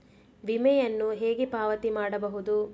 ವಿಮೆಯನ್ನು ಹೇಗೆ ಪಾವತಿ ಮಾಡಬಹುದು?